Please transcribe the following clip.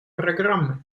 программы